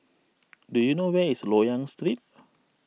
do you know where is Loyang Street